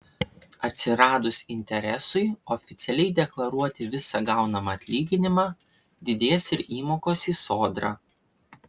atsiradus interesui oficialiai deklaruoti visą gaunamą atlyginimą didės ir įmokos į sodrą